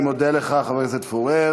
אני מודה לך, חבר הכנסת פורר.